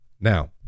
Now